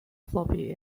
floppy